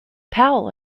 powell